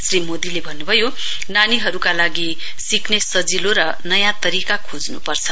श्री मोदीले भन्नुभयो नानीहरुको लागि सिक्ने सजिलो र नयाँ तरीका खोज्नु पर्छ